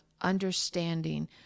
understanding